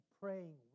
praying